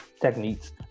techniques